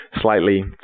slightly